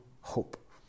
hope